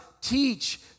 teach